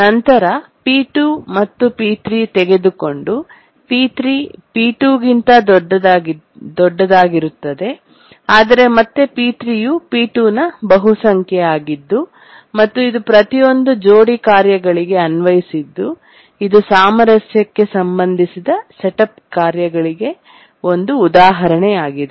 ನಂತರ P2 ಮತ್ತು P3 ತೆಗೆದುಕೊಂಡು P3 P2 ಗಿಂತ ದೊಡ್ಡದಾಗಿರುತ್ತದೆ ಆದರೆ ಮತ್ತೆ P3 ಯು P2 ನ ಬಹುಸಂಖ್ಯೆ ಆಗಿದ್ದು ಮತ್ತು ಇದು ಪ್ರತಿಯೊಂದು ಜೋಡಿ ಕಾರ್ಯಗಳಿಗೆ ಅನ್ವಯಿಸಿದ್ದು ಇದು ಸಾಮರಸ್ಯಕ್ಕೆ ಸಂಬಂಧಿಸಿದ ಸೆಟಪ್ ಕಾರ್ಯಗಳಿಗೆ ಒಂದು ಉದಾಹರಣೆಯಾಗಿದೆ